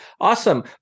Awesome